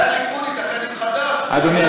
הליכוד יתאחד עם חד"ש.